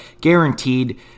guaranteed